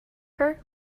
her